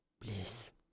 please